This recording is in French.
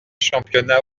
championnats